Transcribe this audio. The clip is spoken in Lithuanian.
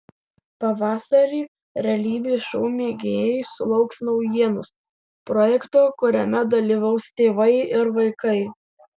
pavasarį realybės šou mėgėjai sulauks naujienos projekto kuriame dalyvaus tėvai ir vaikai